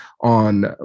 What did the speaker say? on